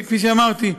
כפי שאמרתי,